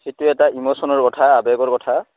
সেইটো এটা ইমশ্যনৰ কথা আৱেগৰ কথা